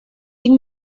cinc